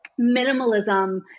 minimalism